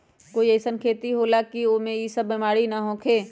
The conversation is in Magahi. कोई अईसन खेती होला की वो में ई सब बीमारी न होखे?